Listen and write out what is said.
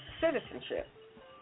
citizenship